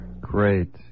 Great